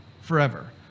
forever